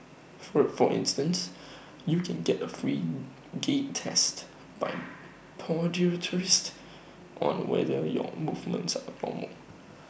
for instance you can get A free gait test by podiatrists on whether your movements are normal